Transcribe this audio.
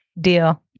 Deal